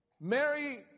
Mary